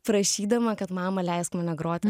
prašydama kad mama leisk mane groti